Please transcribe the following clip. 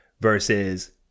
Versus